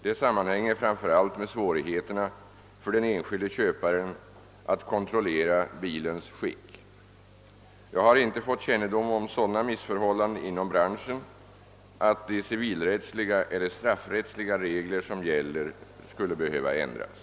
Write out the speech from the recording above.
Detta sammanhänger framför allt med svårigheterna för den enskilde köparen att kontrollera bilens skick. Jag har inte fått kännedom om sådana missförhållanden inom branschen, att de civilrättsliga eller straffrättsliga regler som gäller behöver ändras,